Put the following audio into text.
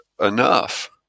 enough